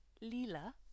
lila